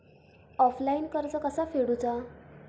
Offline कर्ज कसा फेडूचा?